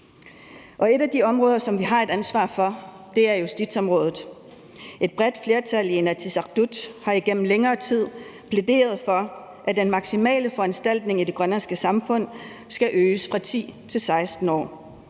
et af de områder, som vi har et ansvar for, er justitsområdet. Et bredt flertal i Inatsisartut har igennem længere tid plæderet for, at den maksimale foranstaltning i det grønlandske samfund skal øges fra 10 til 16 år.